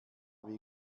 wie